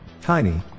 Tiny